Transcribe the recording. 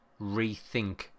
rethink